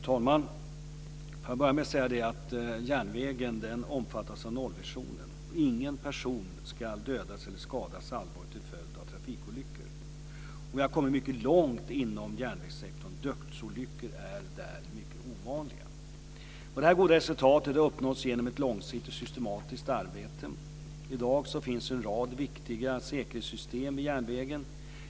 Fru talman! Låt mig börja med att säga att järnvägen omfattas av nollvisionen. Ingen person ska dödas eller skadas allvarligt till följd av trafikolyckor. Vi har kommit mycket långt inom järnvägssektorn. Dödsolyckor är mycket ovanliga där. Det här goda resultatet har uppnåtts genom ett långsiktigt och systematiskt arbete. I dag finns en rad viktiga säkerhetssystem vid järnvägen.